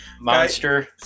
Monster